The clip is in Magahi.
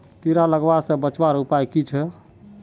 कीड़ा लगवा से बचवार उपाय की छे?